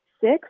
six